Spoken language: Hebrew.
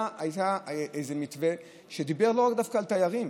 היה איזה מתווה שדיבר לא רק דווקא על תיירים,